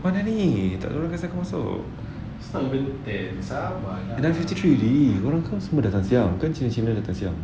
mana ni tak ada orang kasi aku masuk nine fifty three orang kan semua datang siang kan cina-cina datang siang